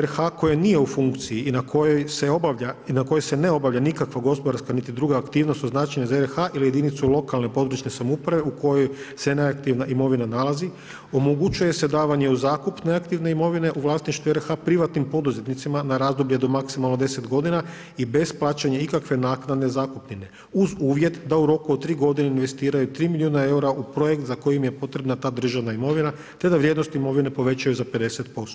RH koja nije u funkciji i na koji se obavlja, i na kojoj se ne obavlja nikakva gospodarska niti druga aktivnost od značaja za RH ili za jedinicu lokalne područne samouprave u kojoj se neaktivna imovina nalazi omogućuje se davanje u zakup neaktivne imovine u vlasništvu RH privatnim poduzetnicima na razdoblje do maksimalno 10 godina i bez plaćanja ikakve naknade i zakupnine, uz uvjet da u roku od 3 godine investiraju 3 milijuna eura u projekt za koji im je potrebna ta državna imovina, te da vrijednost imovine povećaju za 50%